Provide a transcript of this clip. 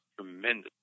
Tremendous